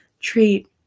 treat